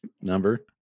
number